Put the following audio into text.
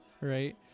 right